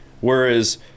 Whereas